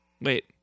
Wait